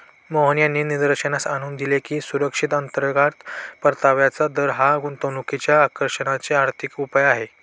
मोहन यांनी निदर्शनास आणून दिले की, सुधारित अंतर्गत परताव्याचा दर हा गुंतवणुकीच्या आकर्षणाचे आर्थिक उपाय आहे